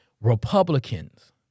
Republicans